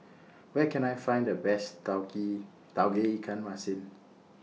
Where Can I Find The Best Tauge Tauge Ikan Masin